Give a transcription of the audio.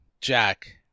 Jack